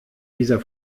dieser